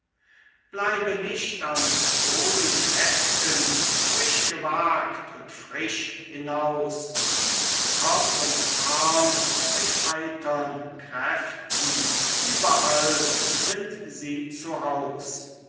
bleibe nicht am boden heften frisch gewagt und frisch hinaus kopf und arm mit heitern kräften überall sind sie zu haus